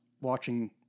watching